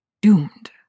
Doomed